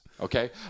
Okay